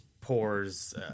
pours